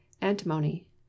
antimony